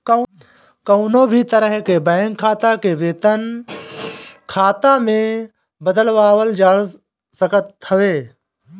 कवनो भी तरह के बैंक खाता के वेतन खाता में बदलवावल जा सकत हवे